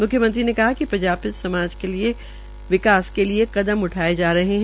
मुख्यमंत्री ने कहा कि प्रंजापति समाज के विकास के लिए कदम उठाये जा रहे है